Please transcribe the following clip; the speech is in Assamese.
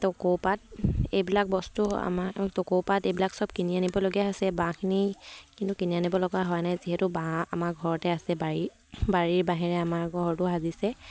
টকৌ পাত এইবিলাক বস্তু আমাৰ টকৌ পাত এইবিলাক চব কিনি আনিবলগীয়া হৈছে বাঁহখিনি কিন্তু কিনি আনিব লগা হোৱা নাই যিহেতু বাঁহ আমাৰ ঘৰতে আছে বাৰী বাৰীৰ বাঁহেৰে আমাৰ ঘৰতো সাজিছে